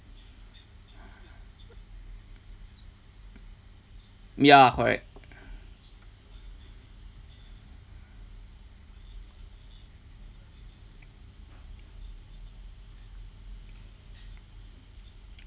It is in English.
ya correct